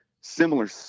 similar